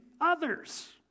others